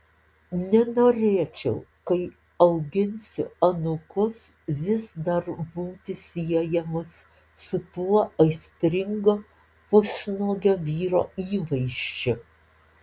nenorėčiau kai auginsiu anūkus vis dar būti siejamas su tuo aistringo pusnuogio vyro įvaizdžiu